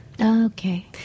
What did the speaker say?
Okay